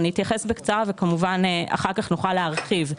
אני אתייחס בקצרה וכמובן אחר כך נוכל להרחיב.